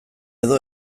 edo